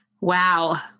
Wow